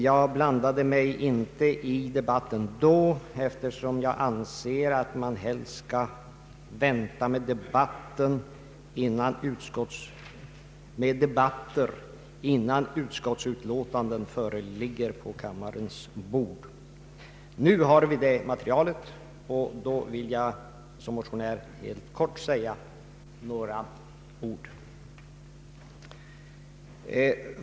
Jag blandade mig inte i debatten då, eftersom jag anser att man helst skall vänta med debatter till dess utskottsutlåtandena föreligger på kammarens bord. Nu har vi dock fått materialet, och jag vill i egenskap av motionär säga några ord i all korthet.